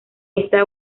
esta